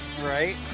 right